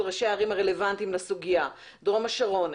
ראשי הערים הרלוונטיים לסוגיה: דרום השרון,